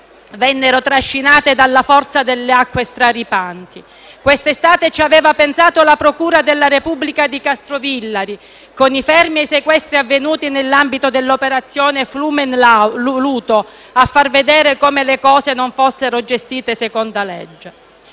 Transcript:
vennero trascinate dalla forza delle acque straripate. Questa estate ci aveva pensato la procura della Repubblica di Castrovillari, con i fermi e i sequestri avvenuti nell'ambito dell'operazione «Flumen Luto», a far vedere come le cose non fossero gestite secondo la legge.